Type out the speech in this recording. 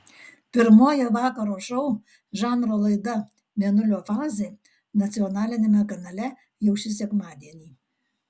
pirmoji vakaro šou žanro laida mėnulio fazė nacionaliniame kanale jau šį sekmadienį